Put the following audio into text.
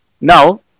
Now